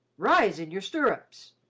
rise in your stirrups.